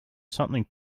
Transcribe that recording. something